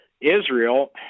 Israel